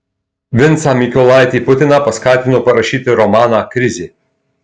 vincą mykolaitį putiną paskatino parašyti romaną krizė